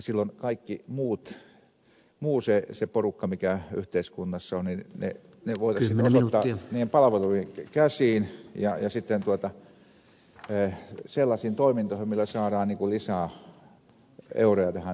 silloin kaikki muu porukka mikä yhteiskunnassa on voitaisiin osoittaa näihin palveluihin käsiin ja sellaisiin toimintoihin millä saadaan lisää euroja tähän suomalaiseen yhteiskuntaan